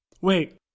wait